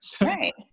Right